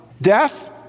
Death